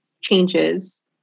changes